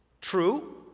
True